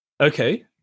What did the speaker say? okay